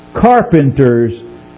carpenters